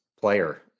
player